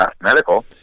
medical